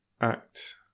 Act